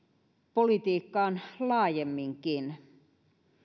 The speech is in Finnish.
politiikkaan laajemminkin